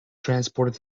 transported